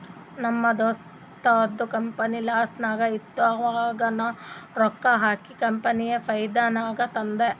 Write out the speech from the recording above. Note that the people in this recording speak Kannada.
ನಮ್ ದೋಸ್ತದು ಕಂಪನಿ ಲಾಸ್ನಾಗ್ ಇತ್ತು ಆವಾಗ ನಾ ರೊಕ್ಕಾ ಹಾಕಿ ಕಂಪನಿಗ ಫೈದಾ ನಾಗ್ ತಂದ್